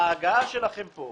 ההגעה שלכם לכאן